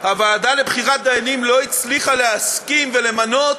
הוועדה לבחירת דיינים לא הצליחה להסכים ולמנות